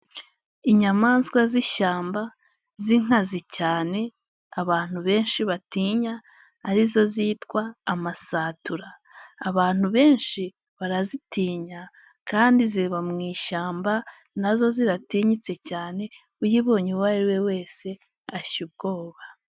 Inyamaswa z'ishyamba z'inkazi cyane abantu benshi batinya ari zo zitwa amasatura, abantu benshi barazitinya kandi ziba mu ishyamba na zo ziratinyitse cyane uyibonye uwo ariwe wese ashya ubwoba.